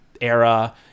era